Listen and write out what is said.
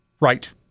Right